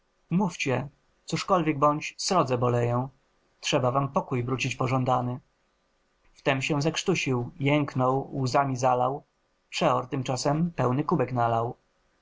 mówcie cóżkolwiek bądź srodze boleję trzeba wam pokój wrócić pożądany wtem się zakrztusił jęknął łzami zalał przeor tymczasem pełny kubek nalał